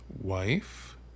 wife